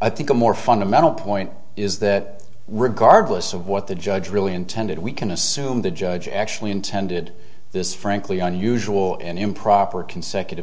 i think a more fundamental point is that regardless of what the judge really intended we can assume the judge actually intended this frankly unusual and improper consecutive